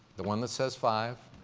the one that says five,